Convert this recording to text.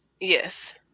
Yes